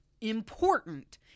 important